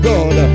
God